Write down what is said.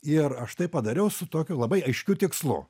ir aš tai padariau su tokiu labai aiškiu tikslu